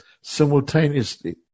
simultaneously